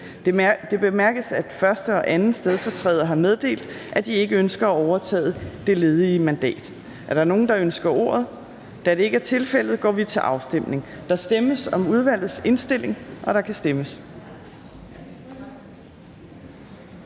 Det bemærkes, at 1. og 2. stedfortræder har meddelt, at de ikke ønsker at overtage det ledige mandat. Er der nogen, der ønsker ordet? Da det ikke er tilfældet, går vi til afstemning. Kl. 10:01 Afstemning Fjerde næstformand